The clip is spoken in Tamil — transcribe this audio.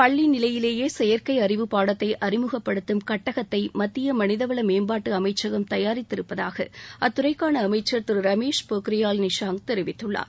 பள்ளி நிலையிலேயே செயற்கை அறிவு பாடத்தை அறிமுகப்படுத்தும் கட்டகத்தை மத்திய மனிதவளமேம்பாட்டு அமைச்சகம் தயாரித்திருப்பதாக அத்துறைக்கான அமைச்சர் திரு ரமேஷ் போக்ரியால் நிஷாக் தெரிவித்துள்ளார்